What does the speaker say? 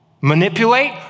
Manipulate